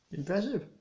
impressive